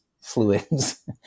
fluids